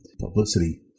publicity